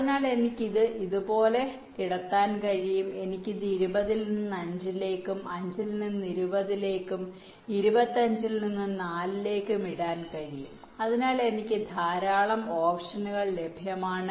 അതിനാൽ എനിക്ക് ഇത് ഇതുപോലെ കിടത്താൻ കഴിയും എനിക്ക് ഇത് 20 ൽ നിന്ന് 5 ലേക്കും എനിക്ക് 5 ൽ നിന്ന് 20 ലേക്കും എനിക്ക് 25 ൽ നിന്ന് 4 ലേക്കും ഇടാൻ കഴിയും അതിനാൽ എനിക്ക് ധാരാളം ഓപ്ഷനുകൾ ലഭ്യമാണ്